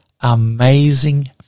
Amazing